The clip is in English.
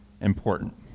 important